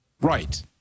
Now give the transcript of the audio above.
right